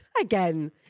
again